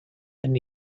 then